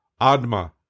Adma